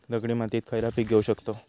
दगडी मातीत खयला पीक घेव शकताव?